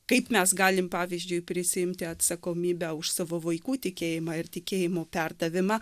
kaip mes galim pavyzdžiui prisiimti atsakomybę už savo vaikų tikėjimą ir tikėjimo perdavimą